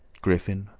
griffin,